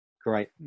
great